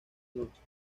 noche